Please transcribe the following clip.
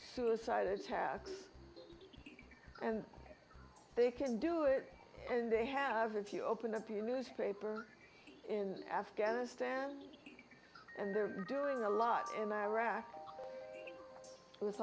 suicide attacks and they can do it and they have if you open a few newspaper in afghanistan and they're doing a lot in iraq wit